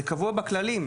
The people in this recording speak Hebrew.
זה קבוע בכללים.